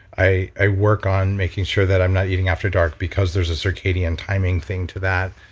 i i work on making sure that i'm not eating after dark because there's a circadian timing thing to that.